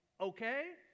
okay